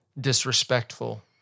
disrespectful